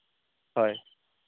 হয়